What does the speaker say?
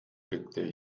blickte